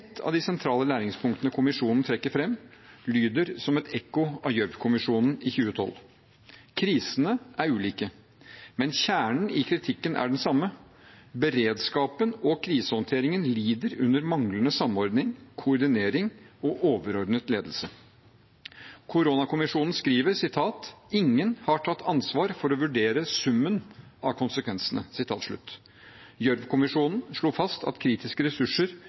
av de sentrale læringspunktene kommisjonen trekker fram, lyder som et ekko av Gjørv-kommisjonen i 2012. Krisene er ulike, men kjernen i kritikken er den samme. Beredskapen og krisehåndteringen lider under manglende samordning, koordinering og overordnet ledelse. Koronakommisjonen skriver at «ingen har tatt ansvar for å vurdere summen av konsekvensene». Gjørv-kommisjonen slo fast at kritiske ressurser